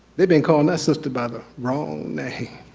they've been called that sister by the wrong name